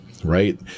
right